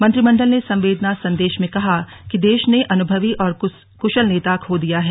मंत्रिमंडल ने संवेदना संदेश में कहा कि देश ने अनुभवी और कुशल नेता खो दिया है